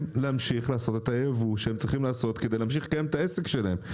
להמשיך לעשות את הייבוא שהם צריכים לעשות כדי להמשיך לקיים את העסק שלהם.